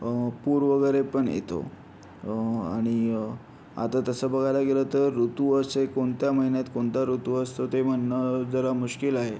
पूर वगैरे पण येतो आणि आता तसं बघायला गेलं तर ऋतू असे कोणत्या महिन्यात कोणता ऋतू असतो ते म्हणणं जरा मुश्किल आहे